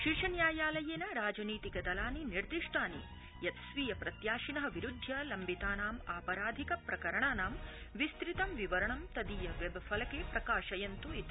शीर्षन्यायालयेन राजनीतिक दलानि निर्दिष्टानि यत् स्वीय प्रत्याशिन विरू द्वय लम्बितानां आपराधिक प्रकरणानां विस्तृतं विवरणं तदीय वेबफलके प्रकाशयन्तु इित